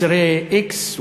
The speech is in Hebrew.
אסירי x,